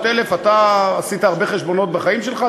15 שקל להתקין כפול 400,000. אתה עשית הרבה חשבונות בחיים שלך,